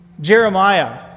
Jeremiah